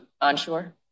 Onshore